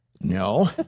No